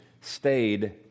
stayed